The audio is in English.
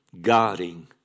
guarding